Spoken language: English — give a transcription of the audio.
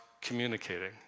communicating